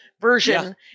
version